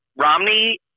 Romney